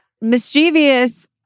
mischievous